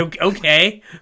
okay